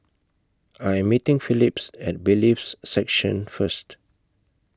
I Am meeting Philip At Bailiffs' Section First